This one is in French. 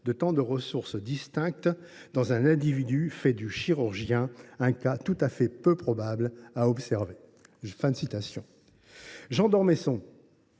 de tant de ressources distinctes, dans un individu, fait du chirurgien un cas tout à fait peu probable à observer ». Jean d’Ormesson,